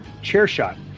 CHAIRSHOT